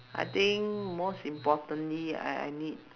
I think most importantly I I need